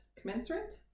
commensurate